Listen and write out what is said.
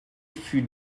fut